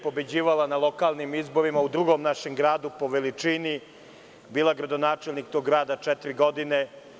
Pobeđivala je na lokalnim izborima u drugom našem gradu po veličini i bila je gradonačelnik tog grada četiri godine.